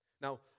Now